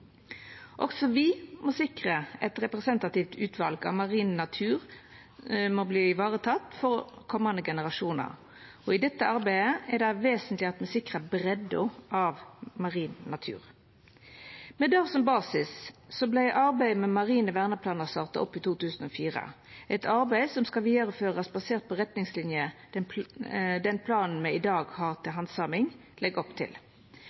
og Noreg har teke til orde for. Også me må sikra at eit representativt utval av marin natur vert vareteke for komande generasjonar. I dette arbeidet er det vesentleg at me sikrar breidda av marin natur. Med det som basis vart arbeidet med marine verneplanar starta opp i 2004, eit arbeid som skal vidareførast basert på retningslinjer den planen me i dag har til handsaming, legg opp til.